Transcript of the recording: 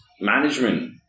management